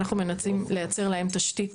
אנחנו מנסים לייצר להם תשתית